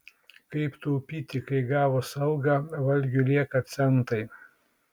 kaip taupyti kai gavus algą valgiui lieka centai